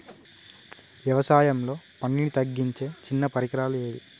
వ్యవసాయంలో పనిని తగ్గించే చిన్న పరికరాలు ఏవి?